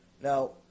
Now